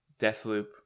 Deathloop